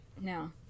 No